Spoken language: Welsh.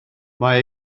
mae